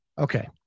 Okay